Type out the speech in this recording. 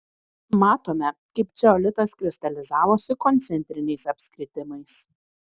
matome kaip ceolitas kristalizavosi koncentriniais apskritimais